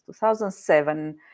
2007